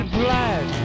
blood